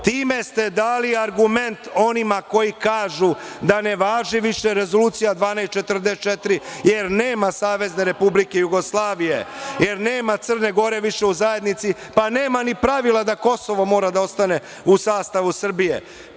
Time ste dali argument onima koji kažu da ne važi više Rezolucija 1244, jer nema SRJ, jer nema Crne Gore više u zajednici, pa nema ni pravila da Kosovo mora da ostane u sastavu Srbije.